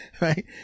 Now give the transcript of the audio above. Right